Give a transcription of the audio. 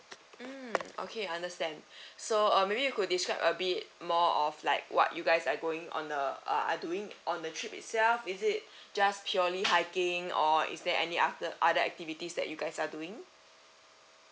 mm okay understand so uh maybe you could describe a bit more of like what you guys are going on a are doing on the trip itself is it just purely hiking or is there any after other activities that you guys are doing